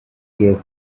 gave